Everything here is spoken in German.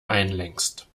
einlenkst